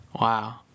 Wow